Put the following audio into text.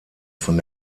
von